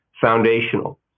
foundational